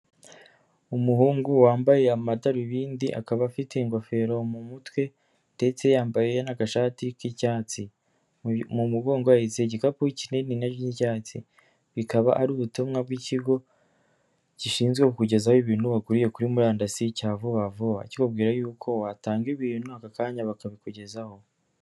Umuhungu wambaye amadarubindi akaba afite ingofero mu mutwe ndetse yambaye n'agashati k'icyatsi mu mugongo ahetse igikapu kinini cy'icyatsi, bikaba ari ubutumwa bw'ikigo gishinzwe kukugezaho ibintu waguriye kuri murandasi cya vuba vuba kikubwira y'uko watanga ibintu aka kanya bakabikugezaho.